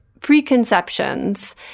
preconceptions